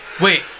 wait